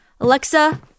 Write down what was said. Alexa